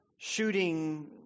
shooting